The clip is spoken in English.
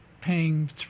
paying